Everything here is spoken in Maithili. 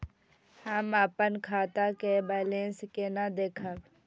हम अपन खाता के बैलेंस केना देखब?